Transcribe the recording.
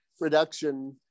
reduction